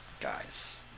guys